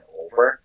over